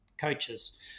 Coaches